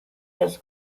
his